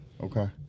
Okay